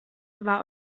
war